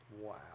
Wow